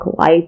life